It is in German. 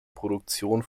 produktion